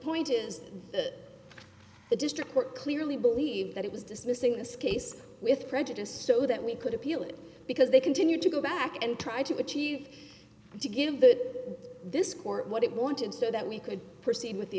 point is that the district court clearly believed that it was dismissing this case with prejudice so that we could appeal it because they continued to go back and try to achieve to give that this court what it wanted so that we could proceed with the